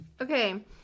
Okay